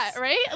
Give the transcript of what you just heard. right